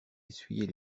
essuyer